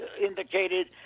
indicated